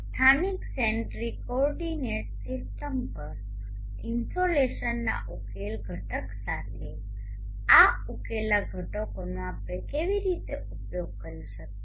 સ્થાનિક centric coordinate system પર ઇન્સોલેશનના ઉકેલ ઘટક સાથે આ ઉકેલા ઘટકોનો આપણે કેવી રીતે ઉપયોગ કરી શકીએ